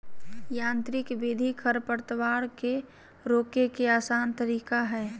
यांत्रिक विधि खरपतवार के रोके के आसन तरीका हइ